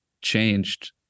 changed